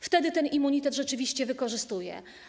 Wtedy ten immunitet rzeczywiście wykorzystuję.